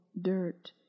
dirt